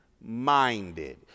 minded